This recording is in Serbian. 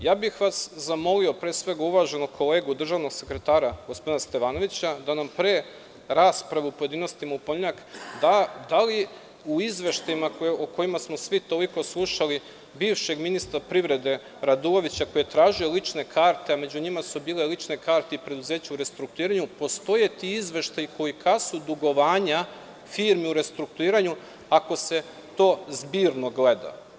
Zamolio bih vas, pre svega uvaženog kolegu državnog sekretara, gospodina Stevanovića, da nam pre rasprave u pojedinostima u ponedeljak kaže da li u izveštajima, o kojima smo svi toliko slušali, bivšeg ministra privrede Radulovića, koji je tražio lične karte, a među njima su bile lične karte i preduzeća u restrukturiranju, postoje ti izveštaji dugovanja firmi u restrukturiranju, ako se to zbirno gleda.